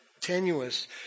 tenuous